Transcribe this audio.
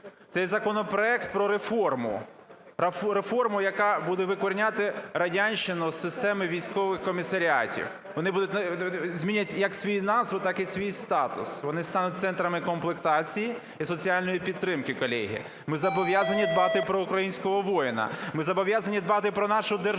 Цей законопроект про реформу, реформу, яка буде викорінювати радянщину з системи військових комісаріатів. Вони змінять як свою назву, так і свій статус, вони стануть центрами комплектації і соціальної підтримки, колеги. Ми зобов'язані дбати про українського воїна. Ми зобов'язані дбати про нашу державу.